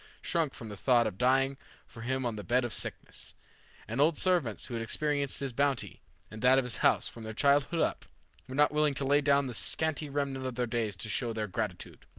shrunk from the thought of dying for him on the bed of sickness and old servants who had experienced his bounty and that of his house from their childhood up, were not willing to lay down the scanty remnant of their days to show their gratitude.